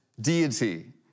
deity